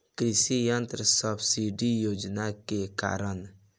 कृषि यंत्र सब्सिडी योजना के कारण?